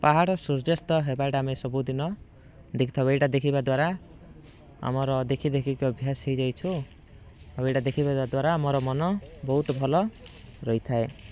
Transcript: ପାହାଡ଼ ସୂର୍ଯ୍ୟସ୍ଥ ହେବାଟା ଆମେ ସବୁଦିନ ଦେଖିଥାଉ ଏଇଟା ଦେଖିବା ଦ୍ଵାରା ଆମର ଦେଖି ଦେଖି କି ଅଭ୍ୟାସ ହେଇଯାଇଛୁ ଆଉ ଏଇଟା ଦେଖିବା ଦ୍ଵାରା ଆମର ମନ ବହୁତ ଭଲ ରହିଥାଏ